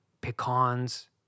pecans